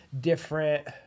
different